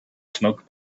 smoke